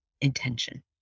intention